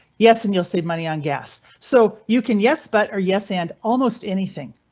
yes, and you'll save money on gas, so you can, yes, but are yes and almost anything.